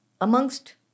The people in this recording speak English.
amongst